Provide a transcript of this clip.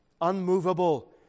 unmovable